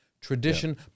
Tradition